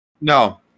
No